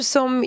Som